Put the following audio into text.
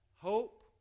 hope